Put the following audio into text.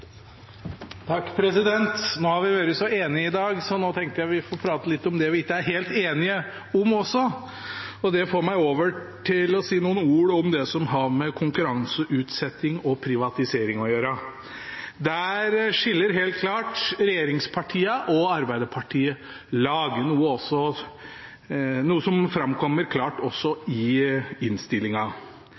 Nå har vi vært så enige i dag, så nå tenkte jeg at vi også fikk prate litt om det vi ikke er helt enige om, og det bringer meg over til å si noen ord om det som har med konkurranseutsetting og privatisering å gjøre. Der skiller helt klart regjeringspartiene og Arbeiderpartiet lag, noe som framkommer klart også i